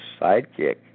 sidekick